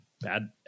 Bad